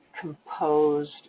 composed